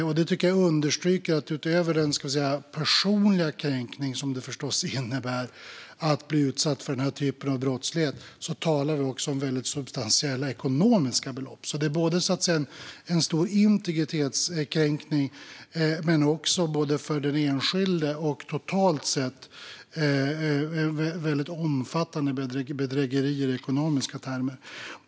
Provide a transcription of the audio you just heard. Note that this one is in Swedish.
Detta tycker jag understryker att det, utöver den personliga kränkning det förstås innebär att bli utsatt för sådan brottslighet, handlar om substantiella ekonomiska belopp. Det handlar alltså om både en stor integritetskränkning för den enskilde och bedrägerier som totalt sett är väldigt omfattande i ekonomiska termer.